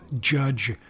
Judge